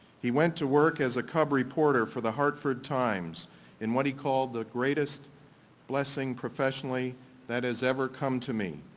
he went to work as a cub reporter for the hartford times in what he called the greatest blessing professionally that has ever come to me.